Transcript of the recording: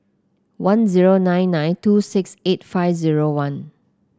one zero nine nine two six eight five zero one